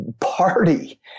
party